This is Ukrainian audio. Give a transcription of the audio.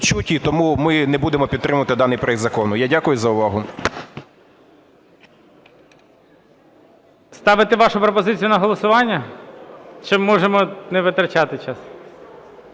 тому ми не будемо підтримувати даний проект закону. Я дякую за увагу.